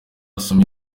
usome